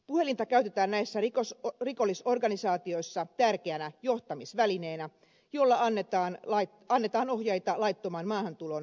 puhelinta käytetään näissä rikollisorganisaatioissa tärkeänä johtamisvälineenä jolla annetaan ohjeita laittoman maahantulon saattajaportaalle